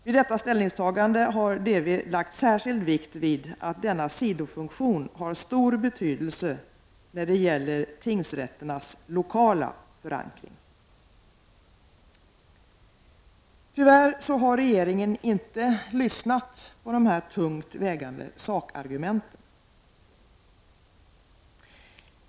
Vid detta ställningstagande har DV lagt särskild vikt vid att denna sidofunktion har stor betydelse när det gäller tingsrätternas lokala förankring.” Tyvärr har inte regeringen lyssnat till dessa tungt vägande sakargument.